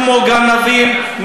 כמו גנבים,